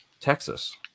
Texas